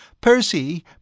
Percy